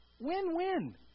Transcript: Win-win